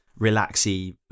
relaxy